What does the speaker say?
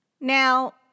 Now